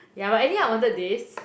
yeah but anyway I wanted this